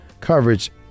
coverage